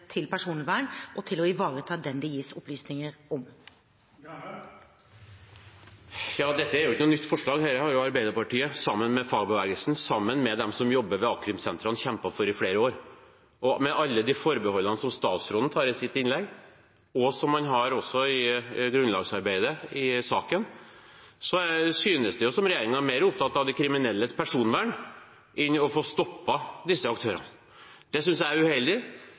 personvern, for å ivareta den det gis opplysninger om. Dette er jo ikke noe nytt forslag. Dette har Arbeiderpartiet, sammen med fagbevegelsen, sammen med dem som jobber ved a-krimsentrene, kjempet for i flere år. Med alle de forbeholdene som statsråden tar i sitt innlegg, og som man også har i grunnlagsarbeidet i saken, synes det som om regjeringen er mer opptatt av de kriminelles personvern enn av å få stoppet disse aktørene. Det synes jeg er uheldig.